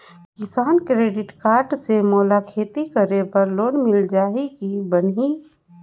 किसान credit card से मोला खेती करे बर लोन मिल जाहि की बनही??